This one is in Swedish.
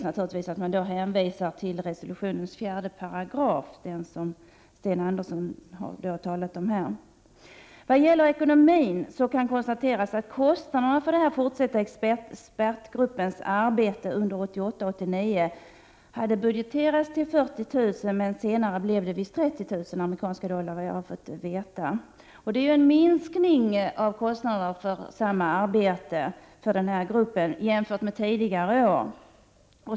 Man hänvisade också till resolutionens 4 §, som även Sten Andersson har talat om här. Kostnaderna för expertgruppens fortsatta arbete under 1988/89 hade budgeterats till 40 000 dollar men ändrades senare till 30 000, enligt vad jag har fått veta. Detta innebär en minskning av kostnaderna för gruppens arbete jämfört med tidigare år.